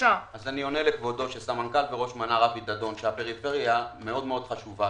אני עונה לכבודו שסמנכ"ל וראש מנה"ר אבי דדון שהפריפריה מאוד מאוד חשובה